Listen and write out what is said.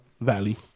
valley